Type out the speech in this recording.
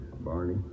Barney